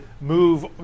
move